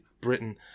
Britain